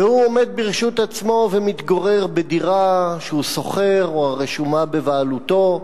והוא עומד ברשות עצמו ומתגורר בדירה שהוא שוכר או הרשומה בבעלותו,